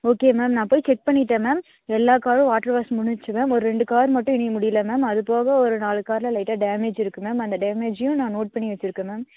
okay ma'am நான் போய் check பண்ணிவிட்டேன் மேம் எல்லா காரும் வாட்டர் வாஷ் முடிஞ்சிடுச்சு மேம் ஒரு ரெண்டு கார் மட்டும் இன்னும் முடியல மேம் அதுப்போக ஒரு நாலு காரில் லைட்டாக டேமேஜ் இருக்குது மேம் அந்த டேமேஜையும் நான் நோட் பண்ணி வைச்சிருக்கேன் மேம்